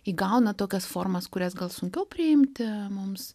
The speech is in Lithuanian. įgauna tokias formas kurias gal sunkiau priimti mums